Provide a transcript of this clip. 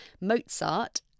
Mozart